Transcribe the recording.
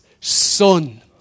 son